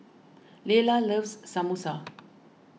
Laylah loves Samosa